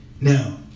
Now